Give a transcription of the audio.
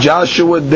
Joshua